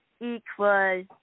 equal